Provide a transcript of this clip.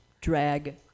drag